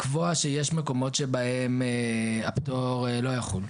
לקבוע שיש מקומות שבהם הפטור לא יחול.